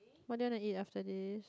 what do you wanna eat after this